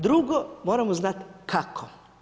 Drugo, moramo znati kako.